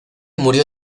murió